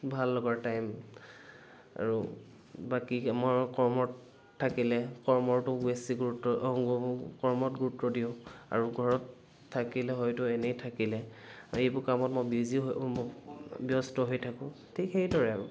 ভাল লগাৰ টাইম আৰু বাকী কামৰ কৰ্মত থাকিলে কৰ্মৰটো বেছি গুৰুত্ব কৰ্মত গুৰুত্ব দিওঁ আৰু ঘৰত থাকিলে হয়তো এনেই থাকিলে এইবোৰ কামত মই বিজি হৈ ব্যস্ত হৈ থাকোঁ ঠিক সেইদৰে আৰু